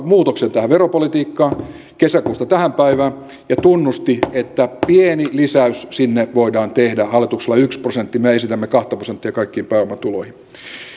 muutoksen tähän veropolitiikkaan kesäkuusta tähän päivään ja tunnusti että pieni lisäys sinne voidaan tehdä hallituksella yksi prosentti me esitämme kaksi prosenttia kaikkiin pääomatuloihin